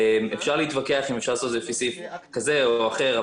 אפשר להתווכח אם אפשר לעשות את זה לפי סעיף כזה או אחר,